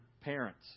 parents